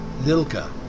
Lilka